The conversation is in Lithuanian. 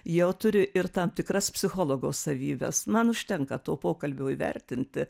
jau turi ir tam tikras psichologo savybes man užtenka to pokalbio įvertinti